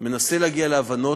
מנסה להגיע להבנות,